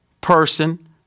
person